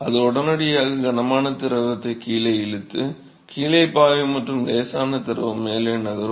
அது உடனடியாக கனமான திரவத்தை கீழே இழுத்து கீழே பாயும் மற்றும் லேசான திரவம் மேலே நகரும்